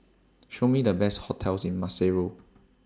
Show Me The Best hotels in Maseru